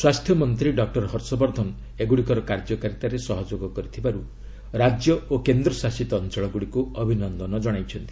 ସ୍ୱାସ୍ଥ୍ୟମନ୍ତ୍ରୀ ଡକୁର ହର୍ଷବର୍ଦ୍ଧନ ଏଗୁଡ଼ିକର କାର୍ଯ୍ୟକାରିତାରେ ସହଯୋଗ କରିଥିବାରୁ ରାଜ୍ୟ ଓ କେନ୍ଦ୍ରଶାସିତ ଅଞ୍ଚଳଗୁଡ଼ିକୁ ଅଭିନନ୍ଦନ ଜଣାଇଛନ୍ତି